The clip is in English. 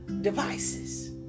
devices